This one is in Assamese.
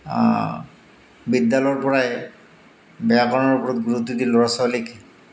বিদ্যালয়ৰ পৰাই ব্যাকৰণৰ ওপৰত গুৰুত্ব দি ল'ৰা ছোৱালীক